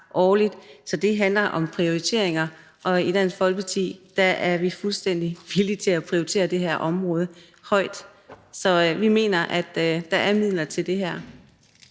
årligt? – så det handler om prioriteringer. Og i Dansk Folkeparti er vi fuldstændig villige til at prioritere det her område højt. Så vi mener, at der er midler til det her.